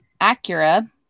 Acura